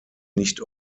nicht